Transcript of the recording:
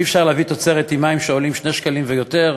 אי-אפשר להביא תוצרת עם מים שעולים 2 שקלים ויותר.